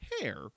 Hair